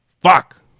Fuck